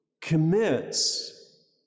commits